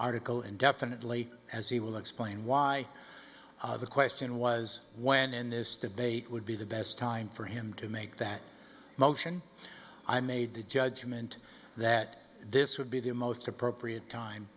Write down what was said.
article indefinitely as he will explain why the question was when and this debate would be the best time for him to make that motion i made the judgment that this would be the most appropriate time